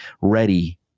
ready